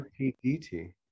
PDT